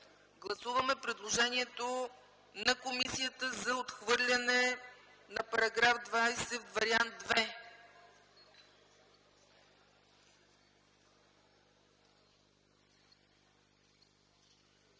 Гласуваме предложението на комисията за отхвърляне на § 20, Вариант ІІ.